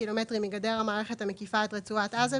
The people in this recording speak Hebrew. קילומטרים מגדר המערכת המקיפה את רצועת עזה,